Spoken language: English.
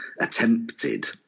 attempted